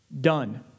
Done